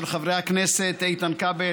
של חברי הכנסת איתן כבל,